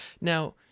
Now